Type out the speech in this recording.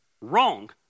Wrong